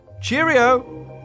Cheerio